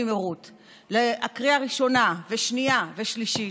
במהירות לקריאה ראשונה ושנייה ושלישית,